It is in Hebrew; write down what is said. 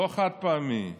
לא חד-פעמי.